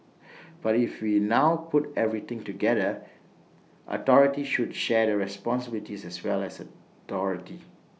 but if we now put everything together authority should share the responsibilities as well as authority